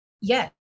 Yes